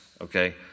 okay